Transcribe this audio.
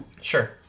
Sure